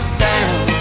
down